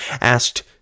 asked